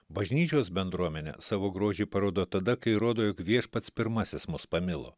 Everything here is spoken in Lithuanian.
bažnyčios bendruomenė savo grožį parodo tada kai rodo jog viešpats pirmasis mus pamilo